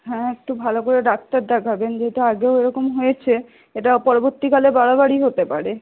হ্যাঁ একটু ভালো করে ডাক্তার দেখাবেন যেহেতু আগেও এরকম হয়েছে এটা পরবর্তীকালে বাড়াবাড়ি হতে পারে